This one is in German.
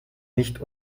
nicht